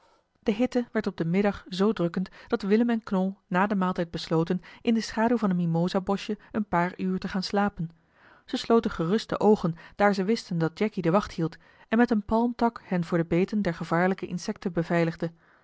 de hitte werd op den middag zoo drukkend dat willem en knol na den maaltijd besloten in de schaduw van een mimosaboschje een paar uur te gaan slapen ze sloten gerust de oogen daar ze wisten dat jacky de wacht hield en met een palmtak hen voor de beten der gevaarlijke insekten beveiligde